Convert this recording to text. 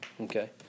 okay